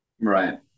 right